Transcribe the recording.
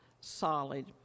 solid